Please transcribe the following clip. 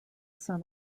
son